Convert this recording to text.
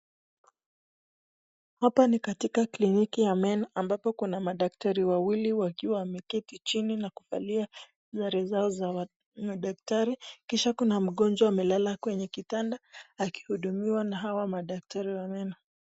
Hapa ni katika kliniki ya meno ambapo kuna madaktari wawili wakiwa wameketi chini na kuvalia sare zao za madaktari, kisha kuna mgonjwa amelala kwenye kitanda akihudumiwa na haya madaktari wa meno.